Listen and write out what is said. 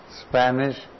Spanish